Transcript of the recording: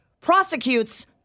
prosecutes